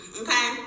okay